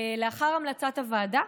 לאחר המלצת הוועדה,